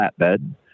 flatbed